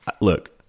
Look